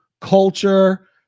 culture